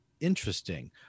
interesting